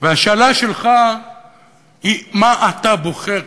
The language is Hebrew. והשאלה שלך היא מה אתה בוחר,